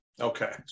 Okay